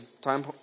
Time